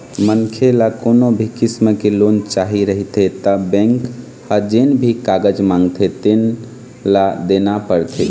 मनखे ल कोनो भी किसम के लोन चाही रहिथे त बेंक ह जेन भी कागज मांगथे तेन ल देना परथे